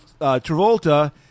Travolta